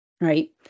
Right